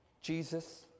Jesus